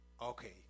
Okay